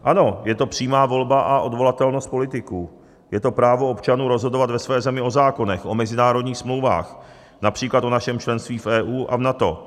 Ano, je to přímá volba a odvolatelnost politiků, je to právo občanů rozhodovat ve své zemi o zákonech, o mezinárodních smlouvách, např. o našem členství v EU a NATO.